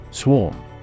swarm